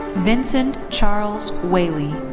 vincent charles whaley.